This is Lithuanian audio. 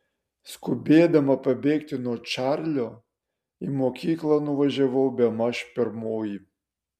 skubėdama pabėgti nuo čarlio į mokyklą nuvažiavau bemaž pirmoji